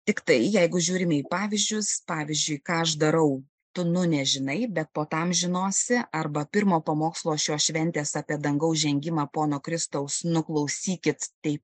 tiktai jeigu žiūrime į pavyzdžius pavyzdžiui ką aš darau tu nu nežinai bet po tam žinosi arba pirmo pamokslo šios šventės apie dangaus žengimą pono kristaus nu klausykit